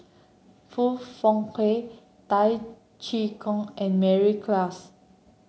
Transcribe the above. Foong Fook Kay Tay Chee Koh and Mary Klass